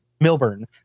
Milburn